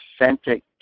authentic